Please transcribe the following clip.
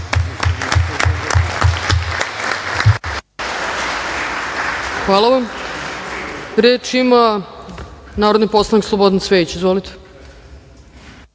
Hvala vam. Reč ima narodni poslanik Slobodan Cvejić. Izvolite.